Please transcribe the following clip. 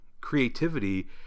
creativity